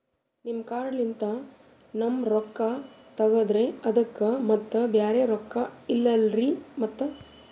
ನಿಮ್ ಕಾರ್ಡ್ ಲಿಂದ ನಮ್ ರೊಕ್ಕ ತಗದ್ರ ಅದಕ್ಕ ಮತ್ತ ಬ್ಯಾರೆ ರೊಕ್ಕ ಇಲ್ಲಲ್ರಿ ಮತ್ತ?